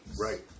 Right